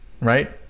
right